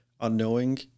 unknowing